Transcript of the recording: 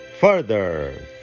Further